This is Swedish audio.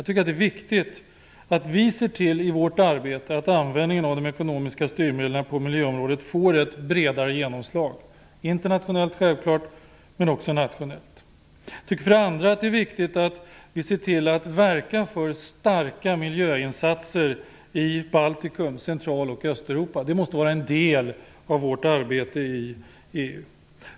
Det är viktigt att vi i vårt arbete ser till att användningen av de ekonomiska styrmedlen på miljöområdet får ett bredare genomslag, självfallet internationellt men också nationellt. För det andra är det viktigt att vi verkar för starka miljöinsatser i Baltikum, Central och Östeuropa. Det måste vara en del av vårt arbete i EU.